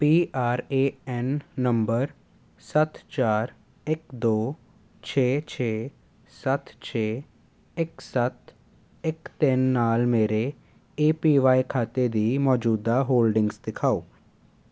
P R A N number ਸੱਤ ਚਾਰ ਇੱਕ ਦੋ ਛੇ ਛੇ ਸੱਤ ਛੇ ਇੱਕ ਸੱਤ ਇੱਕ ਤਿੰਨ ਨਾਲ ਮੇਰੇ ਏ ਪੀ ਵਾਈ ਖਾਤੇ ਦੀ ਮੌਜੂਦਾ ਹੋਲਡਿੰਗਜ਼ ਦਿਖਾਓ